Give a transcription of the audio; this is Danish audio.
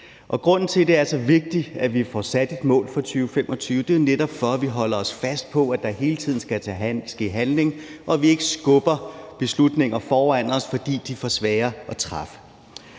er så vigtigt, at vi får sat et mål for 2025, er netop, at vi holder os fast på, at der hele tiden skal ske handling, og at vi ikke skubber beslutninger foran os, fordi de er for svære at træffe.